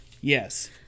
yes